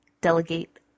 delegate